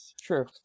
True